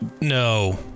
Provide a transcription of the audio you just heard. No